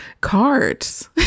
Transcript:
cards